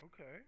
okay